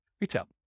retail